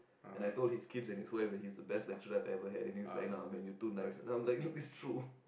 and I told his kids and his wife that he's the best lecturer I've ever had and he's like nah man you too nice and I'm like it's true